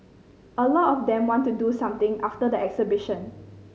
a lot of them want to do something after the exhibition